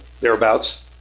thereabouts